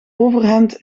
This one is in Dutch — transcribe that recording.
overhemd